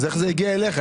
איך זה הגיע אליך?